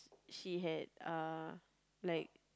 she had uh like